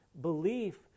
belief